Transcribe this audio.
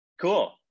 cool